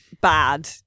bad